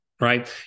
right